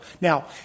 Now